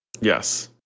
Yes